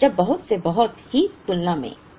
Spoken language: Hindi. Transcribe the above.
जब बहुत से बहुत की तुलना में